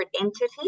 entity